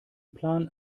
plan